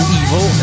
evil